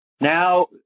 now